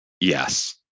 Yes